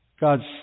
God's